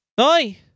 Oi